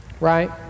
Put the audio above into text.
right